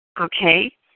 Okay